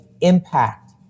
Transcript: impact